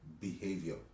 behavior